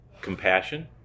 compassion